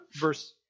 Verse